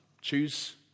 choose